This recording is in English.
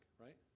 right